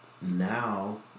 now